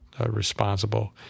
responsible